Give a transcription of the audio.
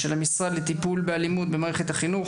של המשרד לטיפול באלימות במערכת החינוך.